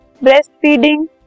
Breastfeeding